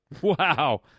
Wow